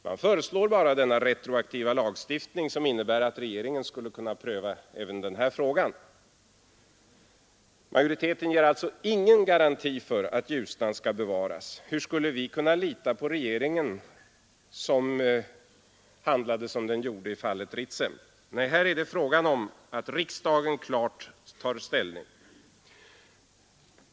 Man föreslår bara denna retroaktiva lagstiftning som innebär att regeringen skulle kunna pröva även denna fråga. Majoriteten ger alltså ingen garanti för att Ljusnan skall bevaras. Hur skulle vi kunna lita på regeringen, som handlade som den gjorde i fallet Ritsem? Nej, här är det fråga om att riksdagen klart tar ställning.